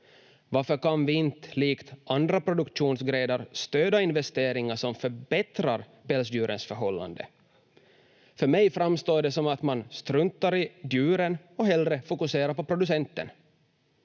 Varför kan vi inte, likt andra produktionsgrenar, stöda investeringar som förbättrar pälsdjurens förhållanden? För mig framstår det som att man struntar i djuren och hellre fokuserar på producenten.